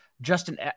Justin